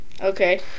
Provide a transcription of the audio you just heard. Okay